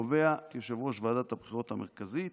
קובע יושב-ראש ועדת הבחירות המרכזית